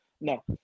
No